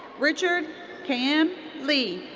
richard khiem le.